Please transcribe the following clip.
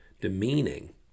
demeaning